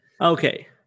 okay